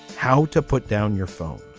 how to put down your phone